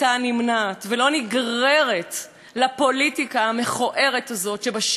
לפוליטיקה המכוערת הזאת שבשימוש בחוק המקוואות.